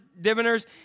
diviners